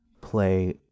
play